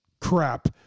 crap